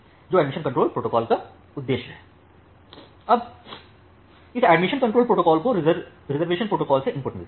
जो admission control protocol का उद्देश्य है अब इस एडमिशन कंट्रोल प्रोटोकॉल को रिज़र्वेशन प्रोटोकॉल से इनपुट मिलता है